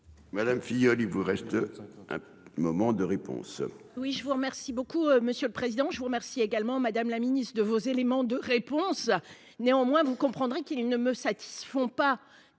Madame Filleul, il vous reste. Un moment de réponse. Oui, je vous remercie beaucoup Monsieur le Président, je vous remercie également Madame la Ministre de vos éléments de réponse. Néanmoins vous comprendrez qu'il ne me satisfont pas